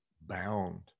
bound